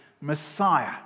Messiah